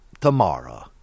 tomorrow